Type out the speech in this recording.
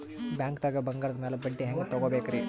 ಬ್ಯಾಂಕ್ದಾಗ ಬಂಗಾರದ್ ಮ್ಯಾಲ್ ಬಡ್ಡಿ ಹೆಂಗ್ ತಗೋಬೇಕ್ರಿ?